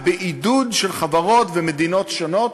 ובעידוד של חברות ומדינות שונות